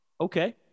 Okay